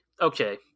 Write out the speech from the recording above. okay